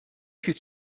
could